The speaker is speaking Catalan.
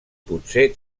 potser